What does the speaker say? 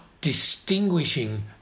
distinguishing